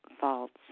faults